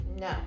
No